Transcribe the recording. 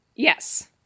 Yes